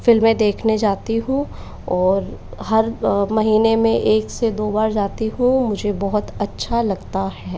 फिल्में देखने जाती हूँ और हर महीने में एक से दो बार जाती हूँ मुझे बहुत अच्छा लगता है